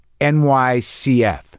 NYCF